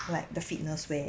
like the fitness wear